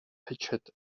hatchet